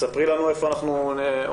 ספרי לנו איפה אנחנו עומדים.